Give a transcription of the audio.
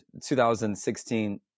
2016